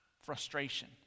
Frustration